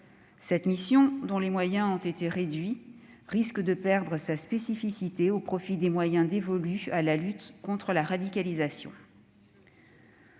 Cet organisme, dont les moyens ont été réduits, risque de perdre sa spécificité au profit des moyens dévolus à la lutte contre la radicalisation.